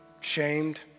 shamed